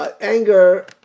anger